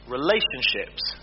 Relationships